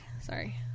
Sorry